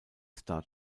star